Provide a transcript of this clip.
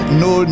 no